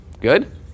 good